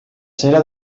cera